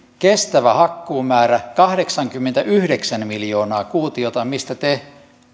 kestävä hakkuumäärä on kahdeksankymmentäyhdeksän miljoonaa kuutiota mistä te